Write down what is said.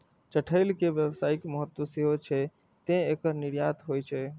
चठैल के व्यावसायिक महत्व सेहो छै, तें एकर निर्यात होइ छै